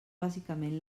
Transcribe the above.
bàsicament